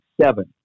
seven